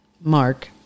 Mark